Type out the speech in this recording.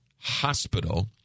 hospital